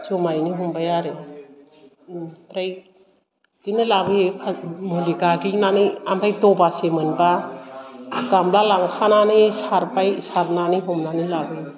ज'मायैनो हमबाय आरो आमफ्राय बिदिनो लाबोयो मुलि गाग्लिनानै आमफ्राय दबासे मोनबा गामला लांखांनानै सारबाय सारनानै हमनानै लाबोयो